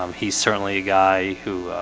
um he's certainly a guy who